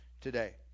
today